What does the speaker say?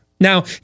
Now